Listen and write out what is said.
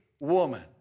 woman